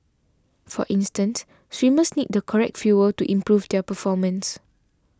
for instance swimmers need the correct fuel to improve their performance